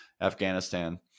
Afghanistan